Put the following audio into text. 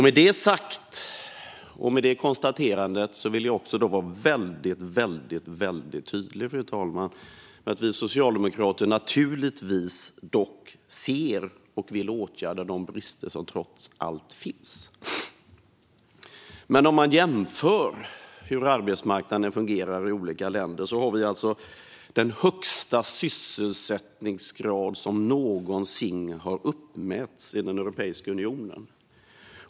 Med detta sagt och konstaterat vill jag dock vara tydlig med att vi socialdemokrater ser och vill åtgärda de brister som trots allt finns. Om vi jämför hur arbetsmarknaden fungerar i olika länder ser vi att Sverige har den högsta sysselsättningsgrad som någonsin har uppmätts i Europeiska unionen.